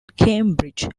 cambridge